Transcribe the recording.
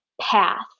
path